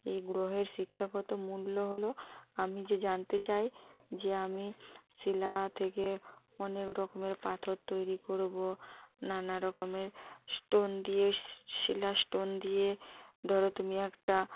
এই গ্রহের শিক্ষাগত মূল্য হলো আমি যে জানতে চাই যে আমি শিলা থেকে অনেক রকমের পাথর তৈরি করবো নানা রকমের স্টোন দিয়ে শিলা স্টোন দিয়ে ধরো তুমি একটা